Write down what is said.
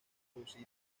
producir